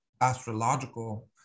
astrological